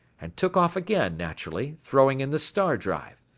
and took off again, naturally, throwing in the star drive.